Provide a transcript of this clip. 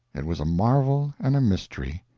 it was a marvel and a mystery.